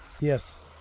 Yes